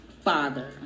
father